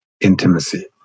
intimacy